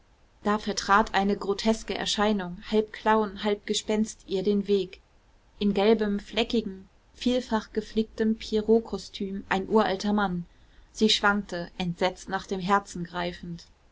da vertrat eine groteske erscheinung halb clown halb gespenst ihr den weg in gelbem fleckigem vielfach geflicktem pierrotkostüm ein uralter mann sie schwankte entsetzt nach dem herzen greifend